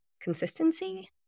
consistency